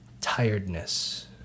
tiredness